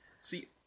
See